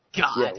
God